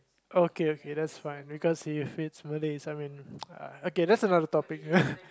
okay okay that's fine because he fits Malay so I mean okay that's another topic